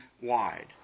wide